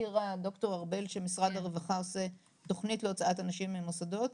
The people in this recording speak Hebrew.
דוקטור ארבל הזכירה שמשרד הרווחה עושה תוכנית להוצאת אנשים מהמוסדות.